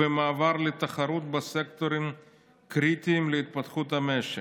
ומעבר לתחרות בסקטורים קריטיים להתפתחות המשק".